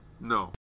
No